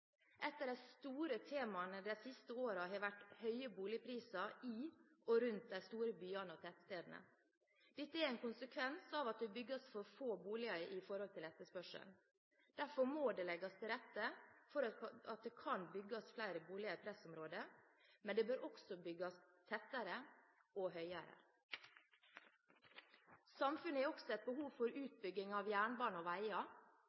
Et av de store temaene de siste årene har vært høye boligpriser i og rundt de store byene og tettstedene. Dette er en konsekvens av at det bygges for få boliger i forhold til etterspørselen. Derfor må det legges til rette for at det kan bygges flere boliger i pressområder, men det bør også bygges tettere og høyere. Samfunnet har også behov for en utbygging av jernbane og veier